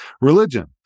religion